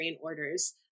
orders